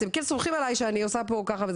אתם כן סומכים עליי שאני עושה פה ככה,